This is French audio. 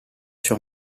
sur